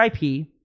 IP